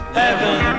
heaven